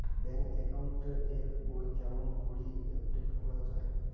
Bank account এর বই কেমন করি আপডেট করা য়ায়?